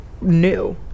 new